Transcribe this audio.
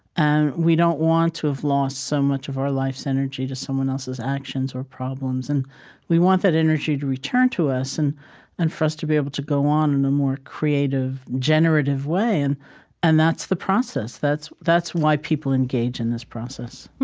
and we don't want to have lost so much of our life's energy to someone else's actions or problems. and we want that energy to return to us and and for us to be able to go on in a more creative, generative way, and and that's the process. that's that's why people engage in this process